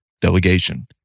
delegation